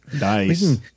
Nice